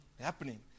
happening